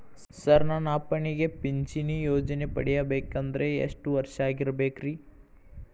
Sir ನನ್ನ ಅಪ್ಪನಿಗೆ ಪಿಂಚಿಣಿ ಯೋಜನೆ ಪಡೆಯಬೇಕಂದ್ರೆ ಎಷ್ಟು ವರ್ಷಾಗಿರಬೇಕ್ರಿ?